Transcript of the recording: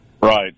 Right